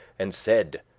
and said